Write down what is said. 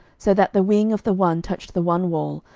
so that the wing of the one touched the one wall,